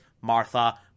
Martha